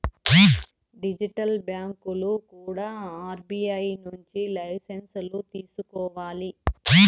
digital బ్యాంకులు కూడా RBI నుంచి లైసెన్సులు తీసుకోవాలి